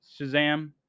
Shazam